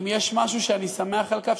אם יש משהו שאני שמח על כך,